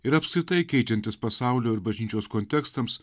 ir apskritai keičiantis pasaulio ir bažnyčios kontekstams